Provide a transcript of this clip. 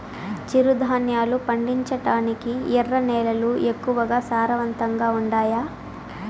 చిరుధాన్యాలు పండించటానికి ఎర్ర నేలలు ఎక్కువగా సారవంతంగా ఉండాయా